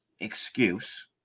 Excuse